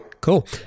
Cool